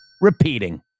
Repeating